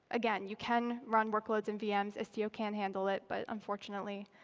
again, you can run workloads in vms. istio can handle it. but unfortunately,